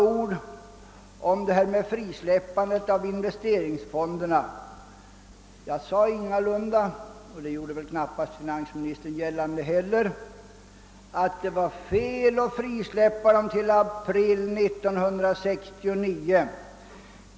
Vad sedan frisläppandet av investeringsfonderna beträffar sade jag ingalunda — och det gjorde heller inte finansministern gällande — att det var fel att frisläppa dem till i april 1969.